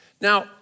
Now